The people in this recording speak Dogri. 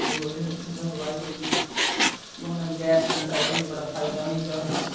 ते होर ओह्दे कशा बाद होई गेआ हून गैस सलैंडर आई गेदा हून बड़ा फायदा होई गेदा